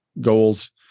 goals